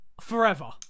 forever